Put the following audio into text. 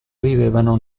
vivevano